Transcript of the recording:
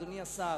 אדוני השר,